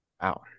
Wow